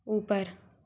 ऊपर